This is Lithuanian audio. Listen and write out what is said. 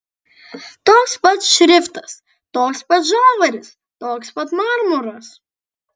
toks pat šriftas toks pat žalvaris toks pat marmuras